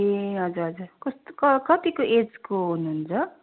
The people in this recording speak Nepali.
ए हजुर हजुर कस्तो के कतिको एजको हुनुहुन्छ